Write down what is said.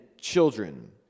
children